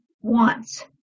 wants